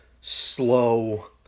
slow